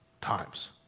times